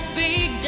big